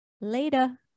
Later